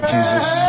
Jesus